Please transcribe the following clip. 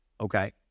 okay